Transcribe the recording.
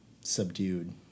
subdued